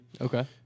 Okay